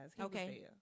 Okay